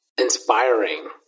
inspiring